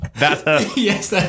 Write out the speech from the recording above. Yes